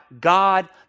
God